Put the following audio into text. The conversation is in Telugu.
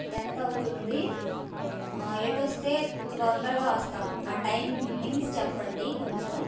ఎంత అవుతుంది ఎటు వస్తే తొందరగా వస్తాము ఆ టైమింగ్స్ చెప్పండి కొంచెం